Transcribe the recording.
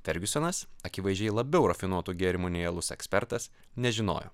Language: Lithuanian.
fergiusonas akivaizdžiai labiau rafinuotų gėrimų nei alus ekspertas nežinojo